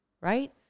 right